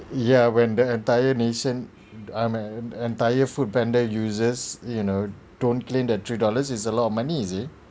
ya when the entire nation um an an entire foodpanda users you know don't claim that three dollars it's a lot of money you see